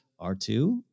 R2